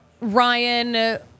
Ryan